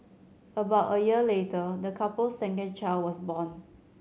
about a year later the couple's second child was born